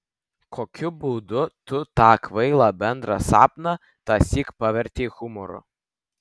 kokiu būdu tu tą kvailą bendrą sapną tąsyk pavertei humoru